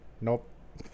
Nope